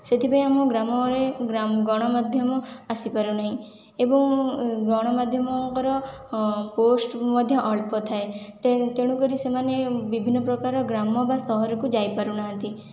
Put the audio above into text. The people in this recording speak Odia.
ସେଥିପାଇଁ ଆମ ଗ୍ରାମରେ ଗଣମାଧ୍ୟମ ଆସି ପାରୁନାହିଁ ଏବଂ ଗଣମାଧ୍ୟମଙ୍କର ପୋଷ୍ଟ ମଧ୍ୟ ଅଳ୍ପ ଥାଏ ତେଣୁକରି ସେମାନେ ବିଭିନ୍ନ ପ୍ରକାର ଗ୍ରାମ ବା ସହରକୁ ଯାଇ ପାରୁନାହାଁନ୍ତି